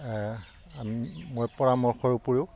আম মই পৰামৰ্শৰ উপৰিও